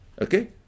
okay